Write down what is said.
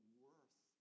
worth